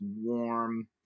warm